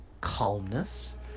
calmness